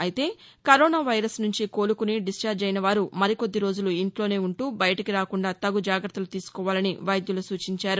అయితే corona virus నుంచి కోలుకుని డిశార్జి అయినవారు మరికొద్ది రోజులు ఇంట్లోనే ఉంటూ బయటకి రాకుండా తగు జాగత్తలు తీసుకోవాలని వైద్యులు సూచించారు